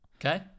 Okay